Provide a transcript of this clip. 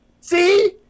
see